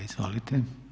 Izvolite.